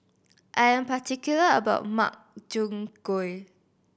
I'm particular about Makchang Gui